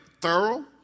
thorough